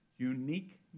Unique